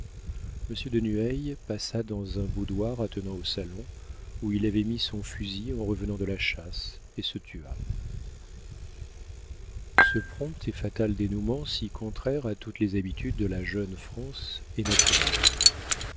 de nueil passa dans un boudoir attenant au salon où il avait mis son fusil en revenant de la chasse et se tua ce prompt et fatal dénouement si contraire à toutes les habitudes de la jeune france est naturel